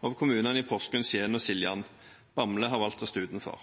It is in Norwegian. av kommunene i Porsgrunn, Skien og Siljan. Bamble har valgt å stå utenfor.